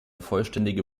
vollständige